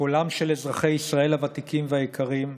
קולם של אזרחי ישראל הוותיקים והיקרים,